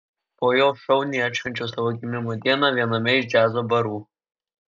po jo šauniai atšvenčiau savo gimimo dieną viename iš džiazo barų